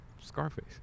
Scarface